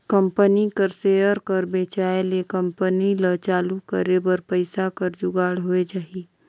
company कर share कर बेंचाए ले कंपनी ल चालू करे बर पइसा कर जुगाड़ होए जाही